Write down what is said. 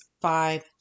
five